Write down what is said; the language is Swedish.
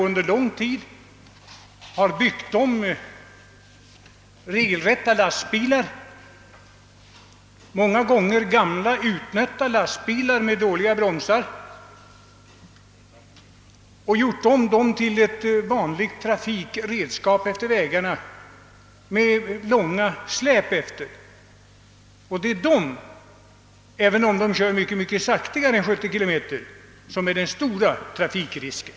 Under lång tid har man byggt om regelrätta lastbilar — många gånger gamla, utnötta och med dåliga bromsar — till vanliga trafikredskap som framförs efter vägarna med långa släp. Det är dessa som utgör den stora trafikrisken, även om de kör mycket långsammare än 70 kilometer i timmen.